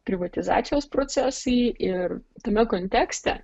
privatizacijos procesai ir tame kontekste